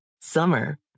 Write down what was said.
Summer